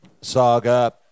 saga